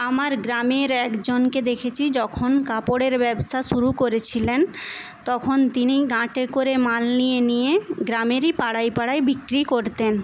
আমার গ্রামের একজনকে দেখেছি যখন কাপড়ের ব্যবসা শুরু করেছিলেন তখন তিনি গাঁটে করে মাল নিয়ে নিয়ে গ্রামেরই পাড়ায় পাড়ায় বিক্রি করতেন